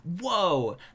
whoa